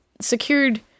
secured